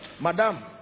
Madam